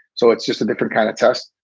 so it's just a different kind of test.